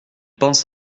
pense